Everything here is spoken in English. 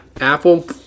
Apple